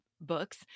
books